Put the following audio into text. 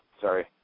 Sorry